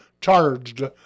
charged